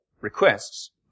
requests